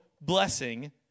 blessing